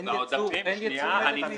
והעודפים --- דני, זה נכון?